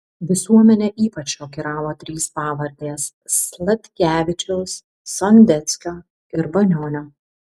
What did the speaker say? visuomenę ypač šokiravo trys pavardės sladkevičiaus sondeckio ir banionio